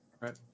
Right